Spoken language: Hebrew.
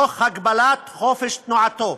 תוך הגבלת חופש תנועתו.